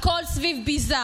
הכול סביב ביזה,